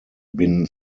bin